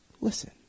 Listen